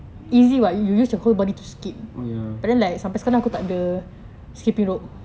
oh ya